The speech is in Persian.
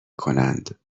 کنند